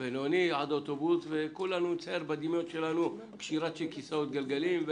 בינוני ואוטובוס וכולנו נצייר בדמיוננו קשירת כיסאות גלגלים.